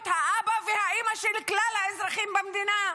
האבא והאימא של כלל האזרחים במדינה.